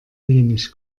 wenig